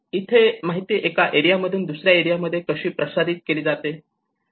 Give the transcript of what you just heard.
इथे माहिती एका एरिया मधून दुसऱ्या एरिया मध्ये कशी प्रसारित केली जाते